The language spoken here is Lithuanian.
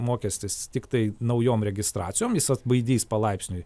mokestis tiktai naujom registracijom jis atbaidys palaipsniui